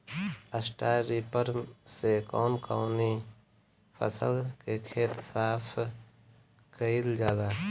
Straw reaper से कवन कवनी फसल के खेत साफ कयील जाला?